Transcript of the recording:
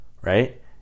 right